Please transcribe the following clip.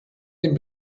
den